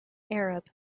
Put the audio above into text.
arab